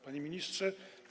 Panie Ministrze!